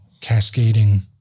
cascading